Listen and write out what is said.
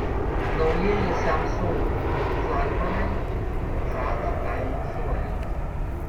naujieji samsung flagmanai žada kainų šuolį